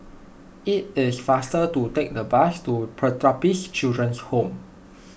it is faster to take the bus to Pertapis Children's Home